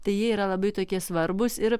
tai jie yra labai tokie svarbūs ir